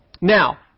Now